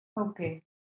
Okay